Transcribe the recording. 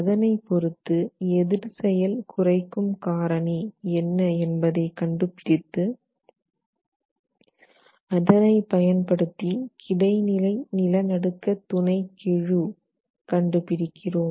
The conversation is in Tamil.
அதனை பொறுத்து எதிர் செயல் குறைக்கும் காரணி என்ன என்பதை கண்டுபிடித்து அதனை பயன்படுத்தி கிடை நிலை நிலநடுக்க துணைக் கெழு கண்டுபிடிக்கிறோம்